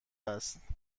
هست